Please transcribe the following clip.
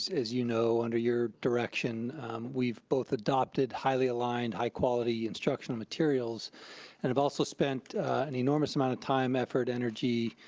as you know, under your direction we've both adopted highly aligned, high quality instruction materials and have also spent an enormous amount of time, effort, energy,